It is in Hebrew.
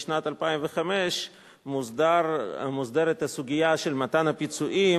משנת 2005 מוסדרת הסוגיה של מתן הפיצויים